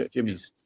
Jimmy's